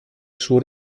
suo